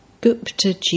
Gupta